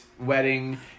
wedding